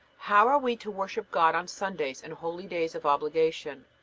how are we to worship god on sundays and holydays of obligation?